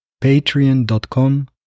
patreon.com